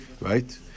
Right